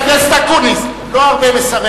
חבר הכנסת אקוניס, לא הרבה משרי